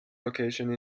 location